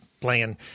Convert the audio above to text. playing